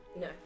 No